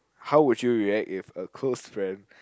how would you react if a close friend